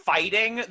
Fighting